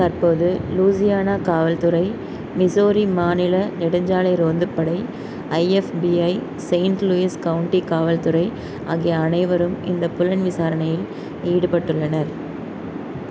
தற்போது லூசியானா காவல் துறை மிசோரி மாநில நெடுஞ்சாலை ரோந்துப் படை ஐஎஃப்பிஐ செயின்ட் லூயிஸ் கவுண்டி காவல் துறை ஆகிய அனைவரும் இந்த புலன்விசாரணையில் ஈடுபட்டுள்ளனர்